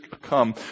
come